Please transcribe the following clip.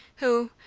who,